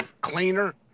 cleaner